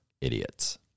idiots